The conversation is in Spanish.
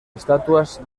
estatuas